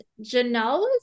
Janelle